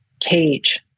cage